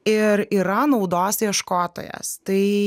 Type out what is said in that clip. ir yra naudos ieškotojas tai